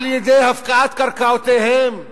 על-ידי הפקעת קרקעותיהם,